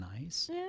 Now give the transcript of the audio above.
nice